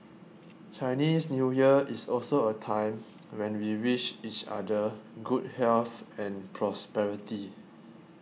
Chinese New Year is also a time when we wish each other good health and prosperity